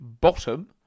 bottom